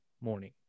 morning